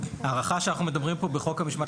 ההארכה שאנחנו מדברים עליה פה בחוק המשמעת